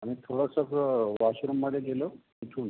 आम्हा थोडंसं सं वॉशरूममध्ये गेलो तिथून